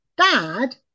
Dad